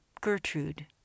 Gertrude